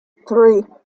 three